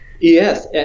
Yes